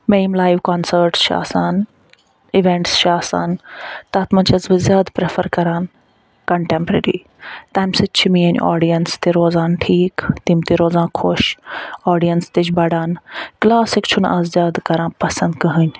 مےٚ یِم live concerts چھِ آسان اِوینٹس چھِ آسان تتھ مَنٛز چھَس بہٕ زیاد پریٚفر کران کَنٹیٚمپریٚری تمہ سۭتۍ چھِ میٲنۍ آڈیَنس تہِ روزان ٹھیٖک تِم تہِ روزان خۄش آڈیَنس تہِ چھِ بَڑان کلاسک چھُ نہٕ آز زیادٕ کران پَسَنٛد کٕہٕنۍ